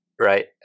right